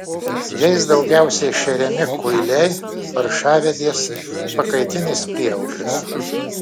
jais daugiausiai šeriami kuiliai paršavedės pakaitinis prieauglis